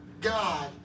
God